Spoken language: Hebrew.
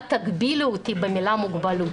אל תגבילו אותי עם המילה מוגבלות.